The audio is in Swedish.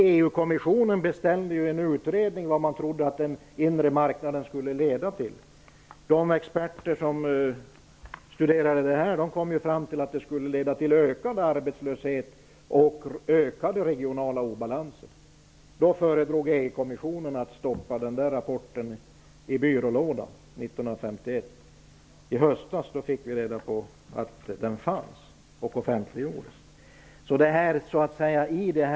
EU-kommissionen kom fram till i en utredning vad den inre marknaden skulle kunna leda till. Experterna kom fram till att det skulle vara ökad arbetslöshet och ökade regionala obalanser. Då föredrog EG-kommissionen att stoppa rapporten i byrålådan. I höstas fick vi reda på att rapporten fanns. Det var då den offentliggjordes.